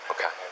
Okay